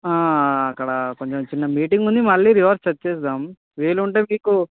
అక్కడ కొంచెం చిన్న మీటింగ్ ఉంది మళ్ళీ రివర్స్ వచ్చేద్దాము వీలు ఉంటే మీకు